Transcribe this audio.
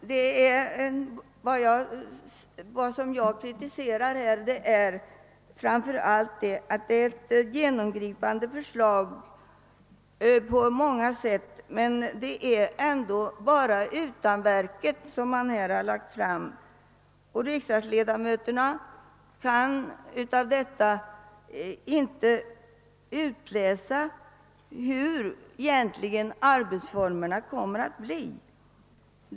Vad jag kritiserar är framför allt att detta visserligen är ett på många sätt genomgripande förslag men att det ändå bara är beträffande utanverken som man har framlagt förslag och att riksdagsledamöterna inte av förslaget kan utläsa, hur arbetsformerna egentligen kommer att bli.